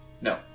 No